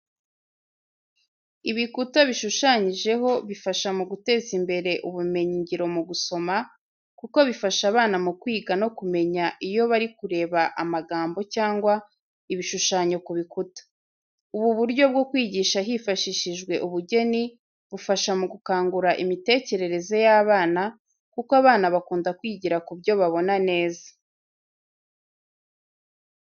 Ibikuta bishushanyijeho bifasha mu guteza imbere ubumenyingiro mu gusoma, kuko bifasha abana mu kwiga no kumenya iyo bari kureba amagambo cyangwa ibishushanyo ku bikuta. Ubu buryo bwo kwigisha hifashishijwe ubugeni bufasha mu gukangura imitekerereze y'abana kuko abana bakunda kwigira ku byo babona neza.